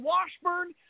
Washburn